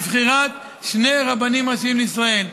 לה, בבחירת שני רבנים ראשיים לישראל.